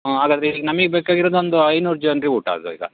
ಹಾಂ ನಮಗೆ ಬೇಕಾಗಿರೋದು ಒಂದು ಐನೂರು ಜನ್ರಿಗೆ ಊಟ ಅದು ಈಗ